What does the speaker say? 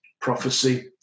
prophecy